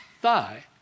thigh